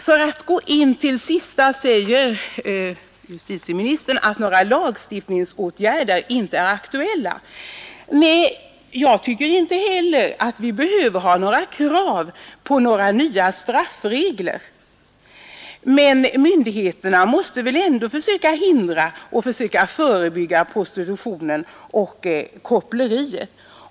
Justitieministern säger i slutet av svaret att några lagstiftningsåtgärder inte är aktuella. Nej, jag tycker inte heller att vi behöver ha krav på nya straffregler, men myndigheterna måste väl ändå försöka hindra och förebygga prostitution och koppleri.